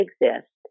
exist